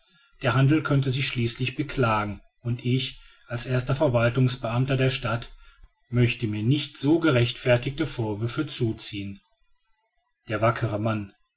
der handel könnte sich schließlich beklagen und ich als erster verwaltungsbeamter der stadt möchte mir nicht so gerechtfertigte vorwürfe zuziehen der wackere mann